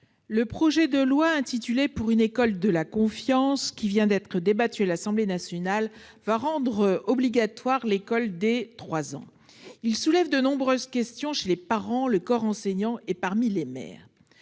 le projet de loi, intitulé « pour une école de la confiance », qui vient d'être débattu à l'Assemblée nationale, va rendre obligatoire l'école dès l'âge de 3 ans. Il soulève de nombreuses questions chez les parents, dans le corps enseignant et parmi les maires.